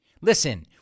Listen